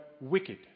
wicked